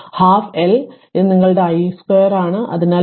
അതിനാൽ പകുതി L ഇത് നിങ്ങളുടെ i 2 ആണ് അതിനാൽ 25 t 2 e പവറിലേക്ക് 20 t